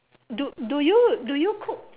do do you do you cook